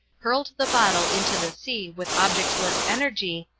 hurled the bottle into the sea with objectless energy,